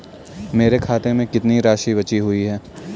मेरे खाते में कितनी राशि बची हुई है?